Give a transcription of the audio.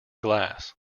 glass